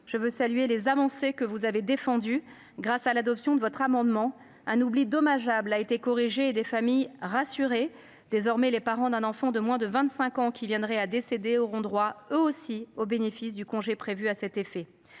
je salue les avancées que vous avez défendues. Grâce à l’adoption d’un de vos amendements, un oubli dommageable a été corrigé et des familles ont été rassurées. Désormais, les parents d’un enfant de moins de 25 ans qui viendrait à décéder auront droit, eux aussi, au bénéfice du congé prévu à cet effet.